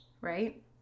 right